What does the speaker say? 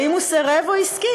האם הוא סירב, או הסכים?